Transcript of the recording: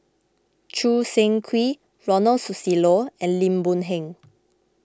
Choo Seng Quee Ronald Susilo and Lim Boon Heng